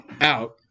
out